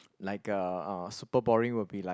like uh super boring will be like